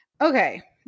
Okay